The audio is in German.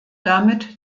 damit